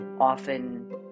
often